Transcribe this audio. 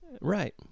Right